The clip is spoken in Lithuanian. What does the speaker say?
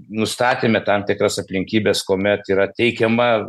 nustatėme tam tikras aplinkybes kuomet yra teikiama